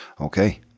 Okay